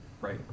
Right